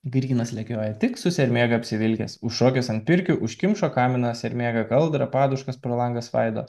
grynas lekioja tik su sermėga apsivilkęs užšokęs ant pirkių užkimšo kaminą sermėga kaldrą paduškas pro langą svaido